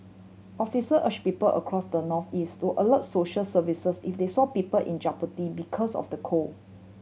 officer urge people across the northeast to alert social services if they saw people in jeopardy because of the cold